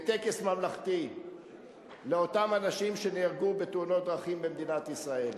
בטקס ממלכתי לאותם אנשים שנהרגו בתאונות דרכים במדינת ישראל,